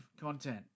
content